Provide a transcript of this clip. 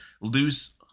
lose